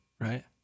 Right